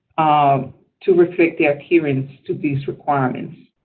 um to reflect their adherence to these requirements,